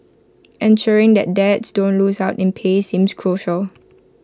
ensuring that dads don't lose out in pay seems crucial